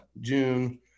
June